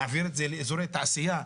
להעביר את זה לאזורי תעשיה.